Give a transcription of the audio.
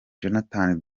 jonathan